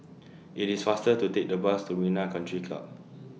IT IS faster to Take The Bus to Marina Country Club